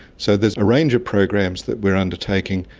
so there's a range of programs that we are undertaking,